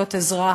להיות אזרח,